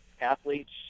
athletes